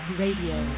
radio